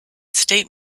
state